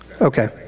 Okay